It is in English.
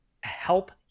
help